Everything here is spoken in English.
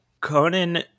Conan